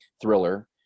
thriller